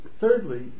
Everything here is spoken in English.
Thirdly